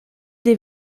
des